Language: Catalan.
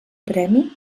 premi